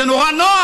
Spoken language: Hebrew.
זה נורא נוח,